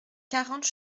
quarante